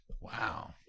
Wow